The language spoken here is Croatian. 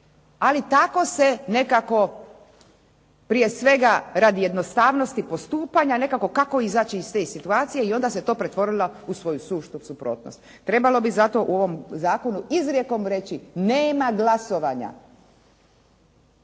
Ali tako se nekako prije svega radi jednostavnosti postupanja, nekako kako izaći iz te situacije i onda se to pretvorilo u svoju suštu suprotnost. Trebalo bi zato u ovom zakonu izrijekom reći, nema glasovanja.